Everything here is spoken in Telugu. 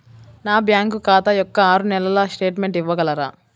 నా బ్యాంకు ఖాతా యొక్క ఆరు నెలల స్టేట్మెంట్ ఇవ్వగలరా?